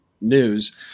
News